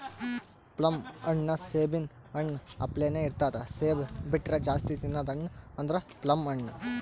plum ಹಣ್ಣ್ ಸೇಬಿನ್ ಹಣ್ಣ ಅಪ್ಲೆನೇ ಇರ್ತದ್ ಸೇಬ್ ಬಿಟ್ರ್ ಜಾಸ್ತಿ ತಿನದ್ ಹಣ್ಣ್ ಅಂದ್ರ ಪ್ಲಮ್ ಹಣ್ಣ್